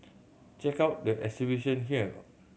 check out the exhibition here